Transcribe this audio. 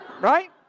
Right